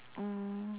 um